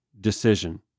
decision